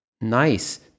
Nice